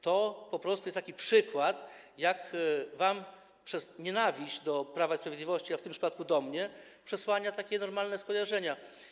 To po prostu jest taki przykład, jak wam nienawiść do Prawa i Sprawiedliwości, a w tym przypadku do mnie, przesłania normalne skojarzenia.